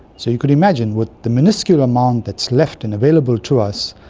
so you could imagine with the miniscule amount that's left and available to us,